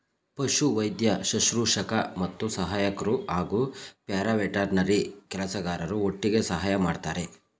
ಪಶುವೈದ್ಯ ಶುಶ್ರೂಷಕ ಮತ್ತು ಸಹಾಯಕ್ರು ಹಾಗೂ ಪ್ಯಾರಾವೆಟರ್ನರಿ ಕೆಲಸಗಾರರು ಒಟ್ಟಿಗೆ ಸಹಾಯ ಮಾಡ್ತರೆ